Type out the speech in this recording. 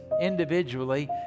individually